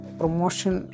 promotion